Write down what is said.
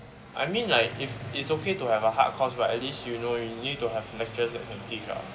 I mean like it's it's okay to have a hard course but at least you know you need to have lecturers that can teach ah